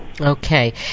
Okay